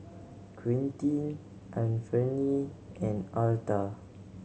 Quintin Anfernee and Arta